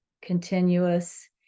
continuous